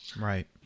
right